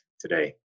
today